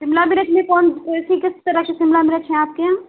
शिमला मिर्च में कौन कैसी किस तरह की शिमला मिर्च हैं आपके यहाँ